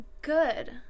good